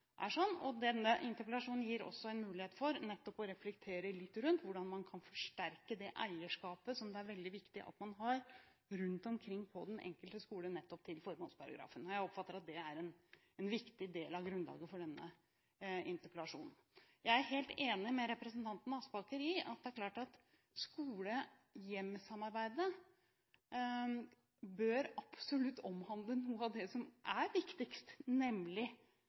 Denne interpellasjonen gir nettopp en mulighet til å reflektere litt rundt hvordan man kan forsterke eierskapet til nettopp formålsparagrafen, som det er veldig viktig at man har rundt omkring på den enkelte skole. Jeg oppfatter at det er en viktig del av grunnlaget for denne interpellasjonen. Jeg er helt enig med representanten Aspaker i at skole–hjem-samarbeidet absolutt bør omhandle noe av det som er viktigst, nemlig